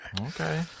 Okay